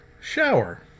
Shower